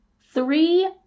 three